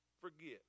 forget